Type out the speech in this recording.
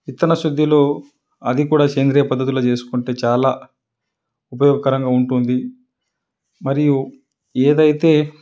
విత్తన శుద్ధిలో అది కూడా సేంద్రియ పద్ధతిలో చేసుకుంటే చాలా ఉపయోగకరంగా ఉంటుంది మరియు ఏదైతే